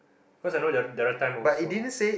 cause I know the the other time also